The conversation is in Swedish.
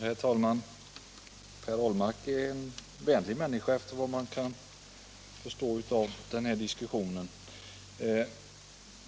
Herr talman! Per Ahlmark är en vänlig människa, efter vad man kan förstå av den här diskussionen.